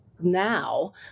now